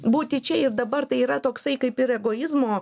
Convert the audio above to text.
būti čia ir dabar tai yra toksai kaip ir egoizmo